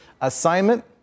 assignment